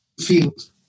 field